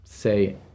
Say